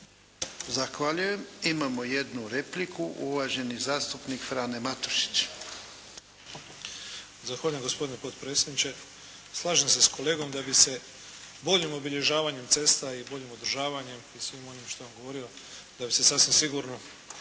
Zahvaljujem. Imamo jednu repliku. Uvaženi zastupnik Frano Matušić. **Matušić, Frano (HDZ)** Zahvaljujem gospodine potpredsjedniče. Slažem se sa kolegom da bi se boljim obilježavanjem cesta i boljim održavanjem i svim onim što je on govorio, da bi se sasvim sigurno